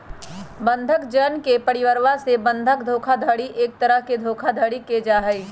बंधक जन के परिवरवा से बंधक धोखाधडी एक तरह के धोखाधडी के जाहई